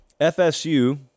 FSU